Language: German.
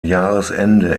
jahresende